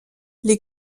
les